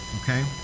Okay